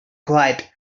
quiet